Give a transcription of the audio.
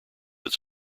its